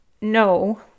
No